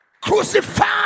crucified